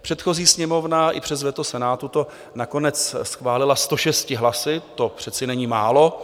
Předchozí Sněmovna i přes veto Senátu to nakonec schválila 106 hlasy, to přece není málo.